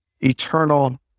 eternal